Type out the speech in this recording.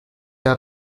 are